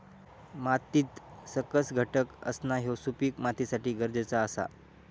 मातीत सकस घटक असणा ह्या सुपीक मातीसाठी गरजेचा आसा